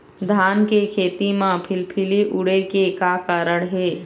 धान के खेती म फिलफिली उड़े के का कारण हे?